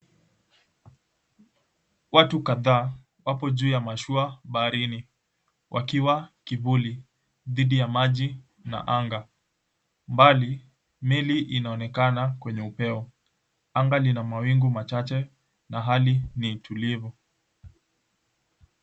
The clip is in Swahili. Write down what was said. Watu kadhaa wapo juu ya mashua baharini wakiwa kivuli dhidi ya maji na anga, mbali mili inaonekana kwenye upeo. Anga ilina mawingu machache na hali ni tulivu.